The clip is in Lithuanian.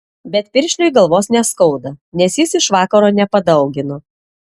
bet piršliui galvos neskauda nes jis iš vakaro nepadaugino